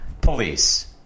police